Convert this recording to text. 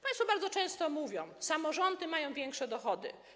Państwo bardzo często mówią, że samorządy mają większe dochody.